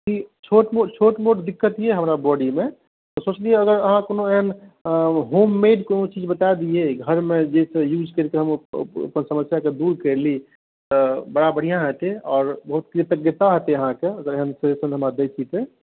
कि छोट मोट दिक्कत यऽ हमरा बॉडीमे तऽ सोचलियै अहाँ कोनो एहन होममेड कोनो चीज बता दियै घरमे जाहिसँ युज करि कऽ हम अपन समस्या के दूर कर ली तऽ बड़ा बढ़िऑं हेतै आओर बहुत कृतज्ञता हेतै अहाँके अगर एहन सजेशन हमरा दै छी तऽ